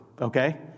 Okay